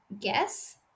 guess